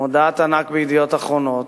מודעת ענק ב"ידיעות אחרונות".